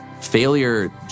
failure